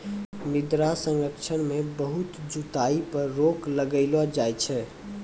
मृदा संरक्षण मे बहुत जुताई पर रोक लगैलो जाय छै